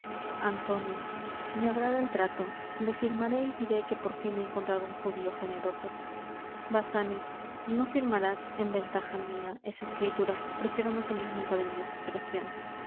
antonio me agrada el trato le firmaré y diré que por fin he encontrado un judío generoso basanio no firmarás en ventaja mia esa escritura prefiero no salir nunca de mi desesperacion